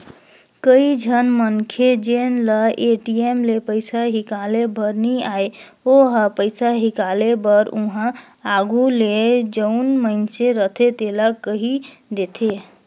कइझन मनखे जेन ल ए.टी.एम ले पइसा हिंकाले बर नी आय ओ ह पइसा हिंकाले बर उहां आघु ले जउन मइनसे रहथे तेला कहि देथे